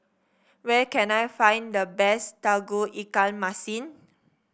where can I find the best Tauge Ikan Masin